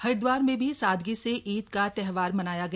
हरिदवार में भी सादगी से ईद का त्योहार मनाया गया